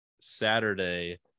Saturday